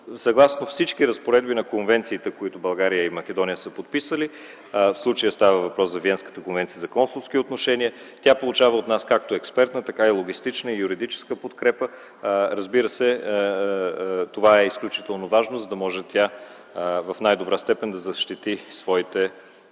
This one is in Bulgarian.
съгласно всички разпоредби на конвенциите, които България и Македония са подписали. В случая става въпрос за Виенската конвенция за консулски отношения. Тя получава от нас както експертна, така и логистична и юридическа подкрепа. Разбира се, това е изключително важно, за да може тя в най-добра степен да защити своите